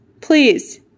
please